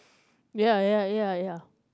ya ya ya ya